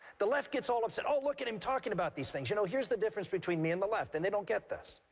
the left gets all upset. oh, look at him talking about these things. you know, here's the difference between me and the left, and they don't get this.